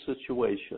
situation